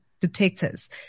detectors